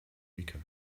weaker